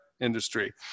industry